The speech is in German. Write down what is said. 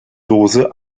dose